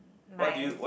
my